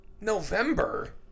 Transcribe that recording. November